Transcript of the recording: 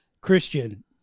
Christian